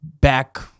back